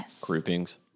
groupings